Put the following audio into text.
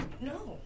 No